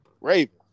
Raven